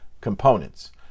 components